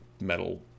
metal